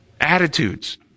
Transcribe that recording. attitudes